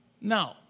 No